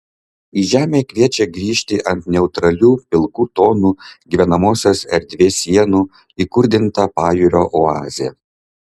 į žemę kviečia grįžti ant neutralių pilkų tonų gyvenamosios erdvės sienų įkurdinta pajūrio oazė